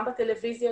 גם בטלוויזיה,